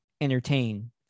entertain